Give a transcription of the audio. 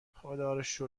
خداروشکر